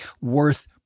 worth